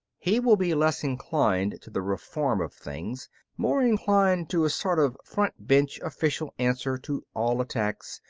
he will be less inclined to the reform of things more inclined to a sort of front-bench official answer to all attacks,